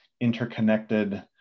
interconnected